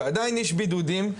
ועדיין יש בידודים,